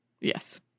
Yes